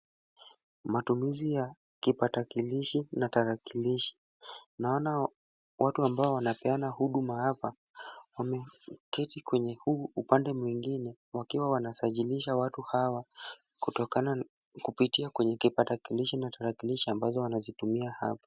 Matumizi ya kipatakilishi na tarakilishi. Naona watu ambao wanapeana huduma hapa. Wameketi kwenye huu upande mwingine wakiwa wanasajilisha watu hawa kutokana na kupitia kwenye kipatakilishi na tarakilishi ambazo wanazitumia hapo.